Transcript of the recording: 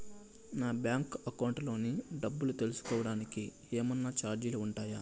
నా bank account లోని డబ్బు తెలుసుకోవడానికి కోవడానికి ఏమన్నా చార్జీలు ఉంటాయా?